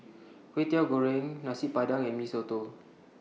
Kwetiau Goreng Nasi Padang and Mee Soto